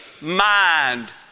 mind